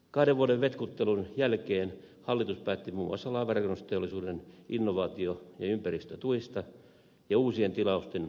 kahden vuoden vetkuttelun jälkeen hallitus päätti muun muassa laivanrakennusteollisuuden innovaatio ja ympäristötuista ja uusien tilausten rahoitustuista